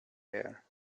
air